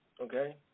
okay